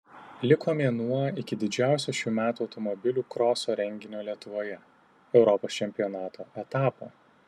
liko mėnuo iki didžiausio šių metų automobilių kroso renginio lietuvoje europos čempionato etapo